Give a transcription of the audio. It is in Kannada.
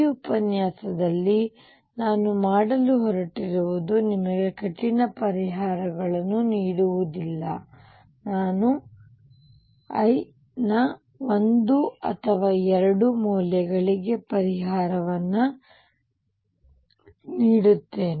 ಈ ಉಪನ್ಯಾಸದಲ್ಲಿ ನಾನು ಮಾಡಲು ಹೊರಟಿರುವುದು ನಿಮಗೆ ಕಠಿಣ ಪರಿಹಾರಗಳನ್ನು ನೀಡುವುದಿಲ್ಲ ನಾನು l ನ ಒಂದು ಅಥವಾ ಎರಡು ಮೌಲ್ಯಗಳಿಗೆ ಪರಿಹಾರಗಳನ್ನು ನೀಡುತ್ತೇನೆ